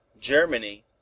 germany